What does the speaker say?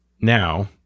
Now